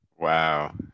Wow